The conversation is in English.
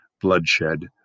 bloodshed